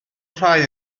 rhai